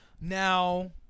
Now